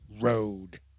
Road